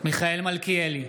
מיכאל מלכיאלי,